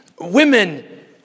women